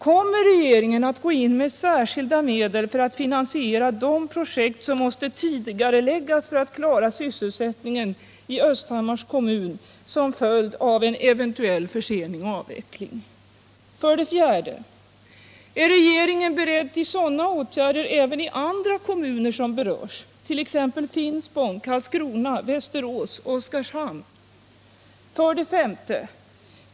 Kommer regeringen att gå in med särskilda medel för att finansiera de projekt som måste tidigareläggas för att klara sysselsättningen i Östhammars kommun som följd av en eventuell försening av avvecklingen? För det fjärde. Är regeringen beredd till sådana åtgärder även i andra kommuner som berörs, t.ex. Finspång, Karlskrona, Västerås och Oskarshamn? För det femte.